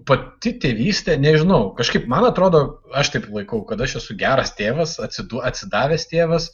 pati tėvystė nežinau kažkaip man atrodo aš taip laikau kad aš esu geras tėvas atsidu atsidavęs tėvas